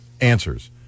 answers